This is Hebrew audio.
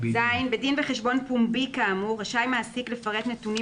בדין וחשבון פומבי כאמור רשאי מעסיק לפרט נתונים